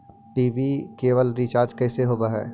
TV cable recharge कैसे होब हइ?